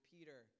Peter